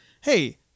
hey